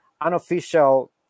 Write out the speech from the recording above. unofficial